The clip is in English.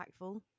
impactful